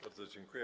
Bardzo dziękuję.